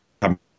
come